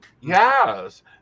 Yes